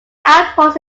outpost